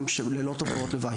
גם שהן ללא תופעות לוואי.